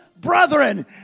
brethren